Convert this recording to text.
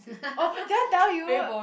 oh did I tell you